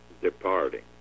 departing